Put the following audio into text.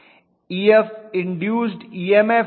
Ef induced EMF है